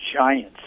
giants